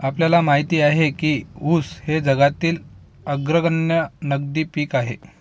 आपल्याला माहित आहे काय की ऊस हे जगातील अग्रगण्य नगदी पीक आहे?